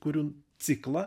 kuriu ciklą